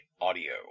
Audio